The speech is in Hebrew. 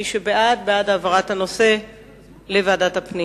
מי שבעד, בעד העברת הנושא לוועדת הפנים.